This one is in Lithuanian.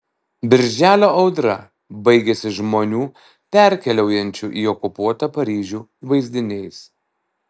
birželio audra baigiasi žmonių parkeliaujančių į okupuotą paryžių vaizdiniais